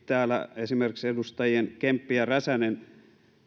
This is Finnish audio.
täällä esimerkiksi edustajien kemppi ja räsänen